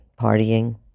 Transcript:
partying